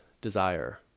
desire